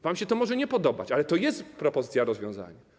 Wam się to może nie podobać, ale to jest propozycja rozwiązania.